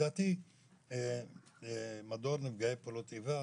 לדעתי אגף נפגעי פעולות האיבה